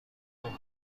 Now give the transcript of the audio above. گناه